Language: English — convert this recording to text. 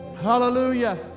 Hallelujah